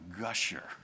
gusher